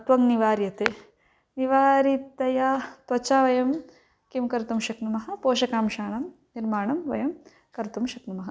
त्वंङ् निवार्यते निवारितया त्वचा वयं किं कर्तुं शक्नुमः पोषकांशाणां निर्माणं वयं कर्तुं शक्नुमः